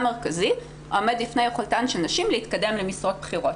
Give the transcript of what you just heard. מרכזי העומד בפני יכולתן של נשים להתקדם למשרות בכירות.